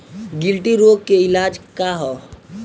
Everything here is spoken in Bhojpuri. गिल्टी रोग के इलाज का ह?